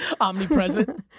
Omnipresent